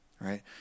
right